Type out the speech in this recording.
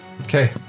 okay